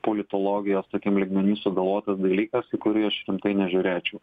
politologijos tokiam lygmeny sugalvotas dalykas į kurį aš rimtai nežiūrėčiau